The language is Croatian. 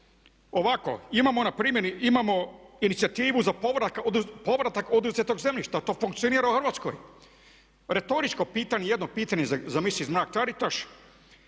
Ovako, imamo na primjeni, imamo inicijativu za povratak oduzetog zemljišta. To funkcionira u Hrvatskoj. Retoričko pitanje, jedno pitanje za Missis Mrak Taritaš